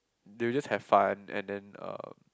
they will just have fun and then uh